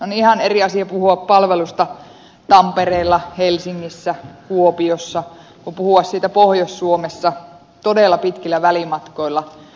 on ihan eri asia puhua palvelusta tampereella helsingissä kuopiossa kuin puhua siitä pohjois suomessa todella pitkillä välimatkoilla